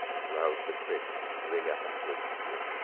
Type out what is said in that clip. and rouse the prince, and ring a hunter's peal,